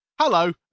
Hello